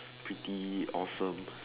pretty awesome